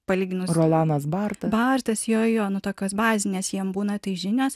palyginu rolanas bartas bartas jojojo nu tokios bazinės jiem būna tai žinios